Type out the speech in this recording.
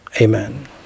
Amen